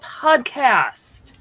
podcast